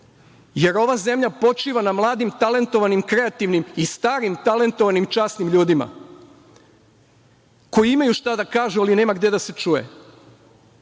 Jer, ova zemlja počiva na mladim, talentovanim, kreativnim i starim talentovanim časnim ljudima koji imaju šta da kažu, ali nema gde da se čuje. Nema,